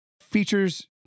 features